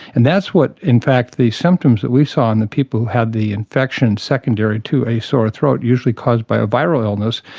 and that's what in fact the symptoms that we saw and the people who had the infection secondary to a sore throat, usually caused by a viral illness,